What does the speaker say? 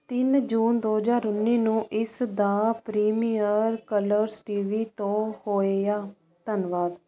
ਤਿੰਨ ਜੂਨ ਦੋ ਹਜ਼ਾਰ ਉੱਨੀ ਨੂੰ ਇਸ ਦਾ ਪ੍ਰੀਮੀਅਰ ਕਲਰਜ਼ ਟੀ ਵੀ ਤੋਂ ਹੋਇਆ ਧੰਨਵਾਦ